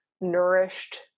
nourished